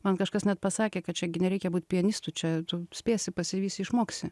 man kažkas net pasakė kad čia gi nereikia būt pianistu čia tu spėsi pasivysi išmoksi